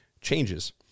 changes